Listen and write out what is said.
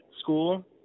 school